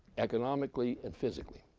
economically and physically.